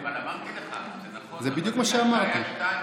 אבל אמרתי לך, זה היה נכון.